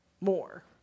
More